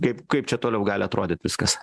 kaip kaip čia toliau gali atrodyt viskas